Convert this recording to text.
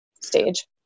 stage